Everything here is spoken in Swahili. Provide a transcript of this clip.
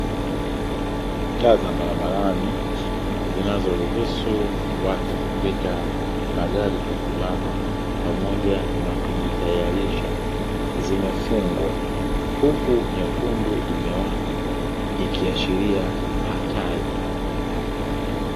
Taa za barabarani zinazoruhusu watu kupita, magari kusimama pamoja na kujitayarisha zimefungwa, huku nyekundu imewaka ikiashiria hatari.